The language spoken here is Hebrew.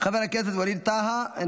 חבר הכנסת ווליד טאהא,